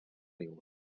riuen